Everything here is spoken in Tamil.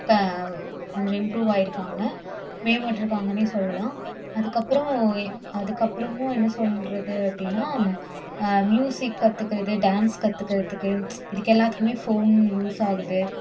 க கொஞ்சம் இம்ப்ரூவ் ஆயிருக்காங்க மேம்பட்ருக்காங்கனே சொல்லலாம் அதுக்கப்புறம் அதற்கப்புறமும் என்ன சொன்றது அப்படின்னா மியூசிக் கற்றுக்கறது டான்ஸ் கற்றுக்கறத்துக்கு இதுக்கு எல்லாத்துக்குமே ஃபோன் யூஸ் ஆகுது